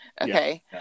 okay